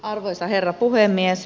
arvoisa herra puhemies